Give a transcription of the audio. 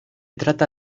trata